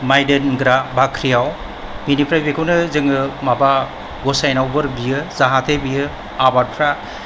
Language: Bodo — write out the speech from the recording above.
माइ दोनग्रा बाख्रियाव बिनिफ्राय बेखौनो जोङो माबा गसाइनाव बोर बियो जाहाथे बियो आबादफ्रा